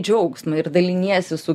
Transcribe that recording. džiaugsmo ir daliniesi su